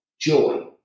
joy